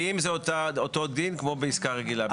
אם זה אותו הדין כמו בעסקה רגילה.